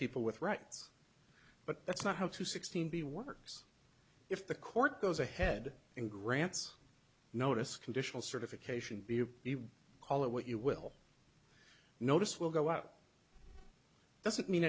people with rights but that's not how two sixteen be works if the court goes ahead and grants notice conditional certification be you call it what you will notice will go out doesn't mean